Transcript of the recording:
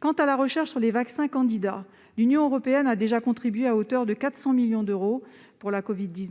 Quant à la recherche sur les vaccins candidats, l'Union européenne a déjà contribué à hauteur de 400 millions d'euros pour le, ou Covax.